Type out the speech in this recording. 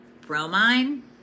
bromine